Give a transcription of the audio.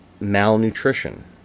malnutrition